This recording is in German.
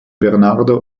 bernardo